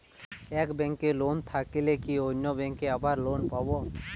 এক ব্যাঙ্কে লোন থাকলে কি অন্য ব্যাঙ্কে আবার লোন পাব?